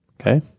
Okay